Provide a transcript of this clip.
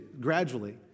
Gradually